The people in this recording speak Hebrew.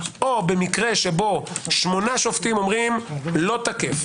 או במקרה שבו שמונה שופטים אומרים: לא תקף,